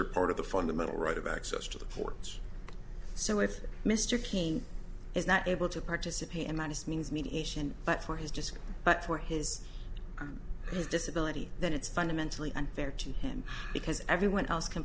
are part of the fundamental right of access to the courts so if mr keene is not able to participate in modest means mediation but for his disk but for his his disability then it's fundamentally unfair to him because everyone else can